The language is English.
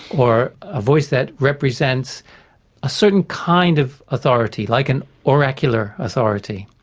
or a voice that represents a certain kind of authority like an oracular authority.